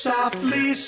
Softly